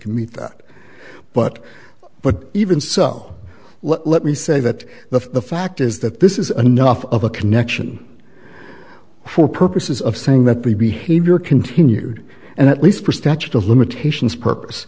can meet that but but even so let me say that the fact is that this is a nuff of a connection for purposes of saying that the behavior continued and at least for statute of limitations purpose